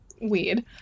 weird